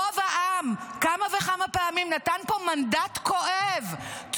רוב העם נתן פה מנדט כואב כמה וכמה פעמים,